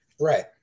Right